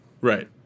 right